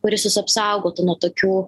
kuris jus apsaugotų nuo tokių